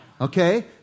Okay